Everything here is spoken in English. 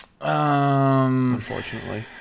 unfortunately